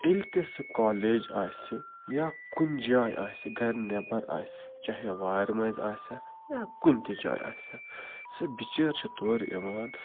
ییٚلہِ تہِ سُہ کالیج آسہِ یا کُنہِ جایہِ آسہِ گَرِ نٮ۪بر آسہِ چاہے وارِ منٛز آسیٛا یا کُنہِ تہِ جایہِ آسیٛا سُہ بِچٲر چھِ تورٕ یِوان